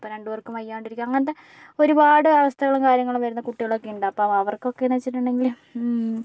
ചിലപ്പോൾ രണ്ടുപേർക്കും വയ്യാണ്ട് ഇരിക്കുന്ന അങ്ങനത്തെ ഒരുപാട് അവസ്ഥകളും കാര്യങ്ങളും വരുന്ന കുട്ടികളൊക്കെയുണ്ട് അപ്പം അവർക്കൊക്കെന്ന് വച്ചിട്ടുണ്ടെങ്കിൽ